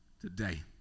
today